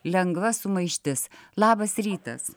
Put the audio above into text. lengva sumaištis labas rytas